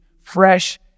fresh